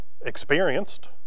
experienced